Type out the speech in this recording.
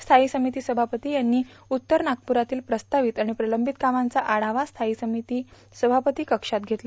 स्थायी समिती सभापती यांवी उत्तर वागपुरातील प्रस्तावित आणि प्रलंबित कामांचा आढावा स्थायी समिती सभापती कक्षात घेतला